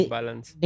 balance